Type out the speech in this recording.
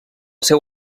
seu